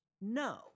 no